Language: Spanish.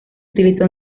utilizó